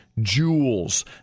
jewels